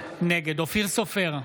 נגד אופיר סופר,